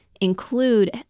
include